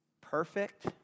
perfect